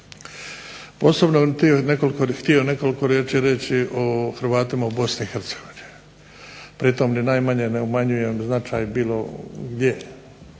htio nekoliko riječi reći o Hrvatima u Bosni i Hercegovini. Pritom ni najmanje ne umanjujem značaj bilo gdje